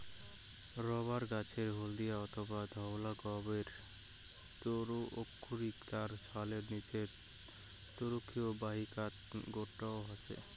rubber গছের হলদিয়া অথবা ধওলা গাবের তরুক্ষীর তার ছালের নীচত তরুক্ষীর বাহিকাত গোটো হসে